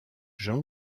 jean